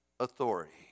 authority